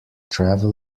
travel